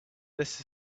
this